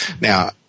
Now